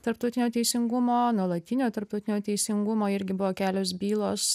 tarptautinio teisingumo nuolatinio tarptautinio teisingumo irgi buvo kelios bylos